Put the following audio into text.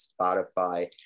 Spotify